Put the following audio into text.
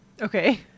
Okay